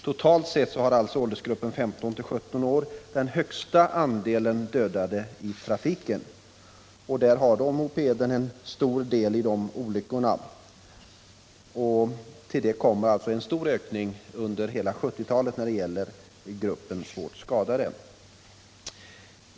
Totalt har åldersgruppen 15-17 år den högsta andelen dödade i trafiken. Mopeden har en stor del av skulden till olyckorna i den gruppen. Till det kommer att en stor ökning inträtt sedan början på 1970-talet när det gäller svårt skadade.